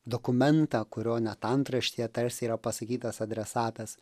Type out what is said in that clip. dokumentą kurio net antraštėje tarsi yra pasakytas adresatas